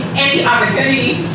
anti-opportunities